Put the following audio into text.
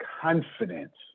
confidence